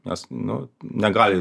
nes nu negali